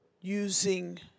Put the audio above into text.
Using